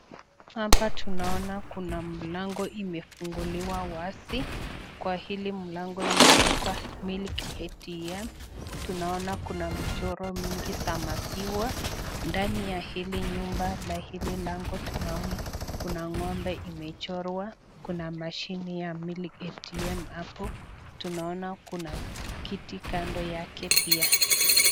Hapa tunaona kuna mlango imefunguliwa wazi. Kwa hili mlango imeandika milk ATM. Tunaona kuna michoro mingi za maziwa. Ndani ya hili nyumba la hili lango tunaona kuna ng'ombe imechorwa, kuna mashini ya milk ATM hapo. Tunaona kuna kiti kando yake pia.